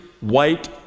white